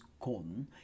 gone